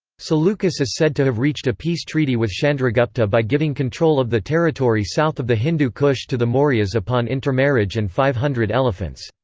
seleucus is said to have reached a peace treaty with chandragupta by giving control of the territory south of the hindu kush to the mauryas upon intermarriage and five hundred elephants.